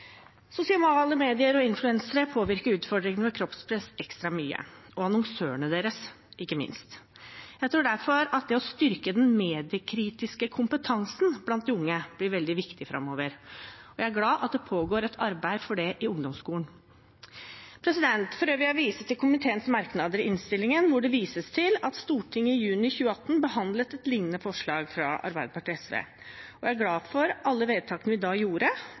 Sosiale medier og influensere og ikke minst annonsørene deres påvirker utfordringen med kroppspress ekstra mye. Jeg tror derfor at det å styrke den mediekritiske kompetansen blant de unge blir veldig viktig framover, og jeg er glad for at det pågår et arbeid for det i ungdomsskolen. For øvrig vil jeg vise til komiteens merknader i innstillingen, der det vises til at Stortinget i juni 2018 behandlet et lignende forslag fra Arbeiderpartiet og SV. Jeg er glad for alle vedtakene vi da gjorde,